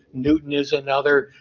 newton is another.